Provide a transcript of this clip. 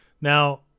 Now